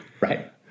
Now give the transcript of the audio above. Right